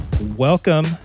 welcome